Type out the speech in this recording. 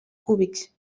cúbics